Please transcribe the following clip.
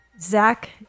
Zach